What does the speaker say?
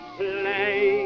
play